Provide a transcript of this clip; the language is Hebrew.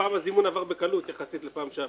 הפעם הזימון עבר בקלות יחסית לפעם שעברה.